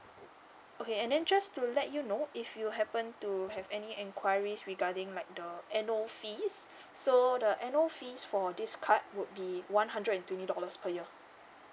okay and then just to let you know if you happen to have any enquiries regarding like the annual fees so the annual fees for this card would be one hundred and twenty dollars per year